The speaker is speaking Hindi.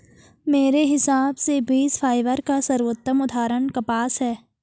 मेरे हिसाब से बीज फाइबर का सर्वोत्तम उदाहरण कपास है